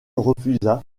refusa